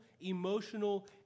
emotional